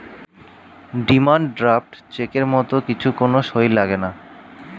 demand draft চেকের মত কিছু কোন সই লাগেনা